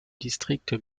district